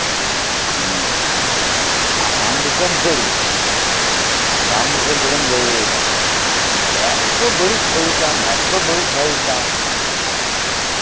ᱟᱥᱟᱢ ᱫᱤᱥᱚᱢ ᱥᱟᱹᱲᱤ ᱟᱥᱟᱢ ᱫᱤᱥᱚᱢ ᱥᱟᱹᱲᱤᱢ ᱞᱟᱹᱭᱮᱫᱟ ᱮᱛᱚ ᱵᱟᱹᱲᱤᱡ ᱮᱛᱚ ᱵᱟᱹᱲᱤᱡ ᱥᱟᱹᱲᱤ ᱛᱟᱢ